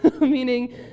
meaning